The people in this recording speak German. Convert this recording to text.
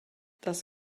das